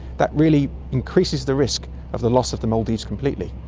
that really increases the risk of the loss of the maldives completely.